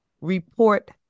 report